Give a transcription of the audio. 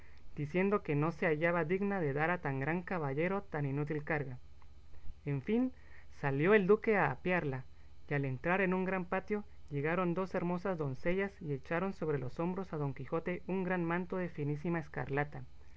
diciendo que no se hallaba digna de dar a tan gran caballero tan inútil carga en fin salió el duque a apearla y al entrar en un gran patio llegaron dos hermosas doncellas y echaron sobre los hombros a don quijote un gran manto de finísima escarlata